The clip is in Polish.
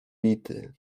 bity